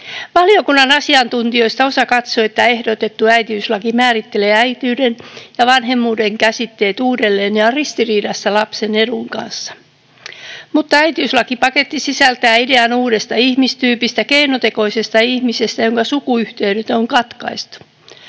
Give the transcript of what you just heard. Valiokunnan asiantuntijoista osa katsoo, että ehdotettu äitiyslaki määrittelee äitiyden ja vanhemmuuden käsitteet uudelleen ja on ristiriidassa lapsen edun kanssa. Mutta äitiyslakipaketti sisältää idean uudesta ihmistyypistä, keinotekoisesta ihmisestä, jonka sukuyhteydet on katkaistu.